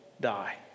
die